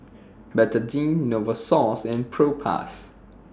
Betadine Novosource and Propass